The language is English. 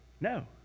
No